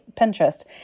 Pinterest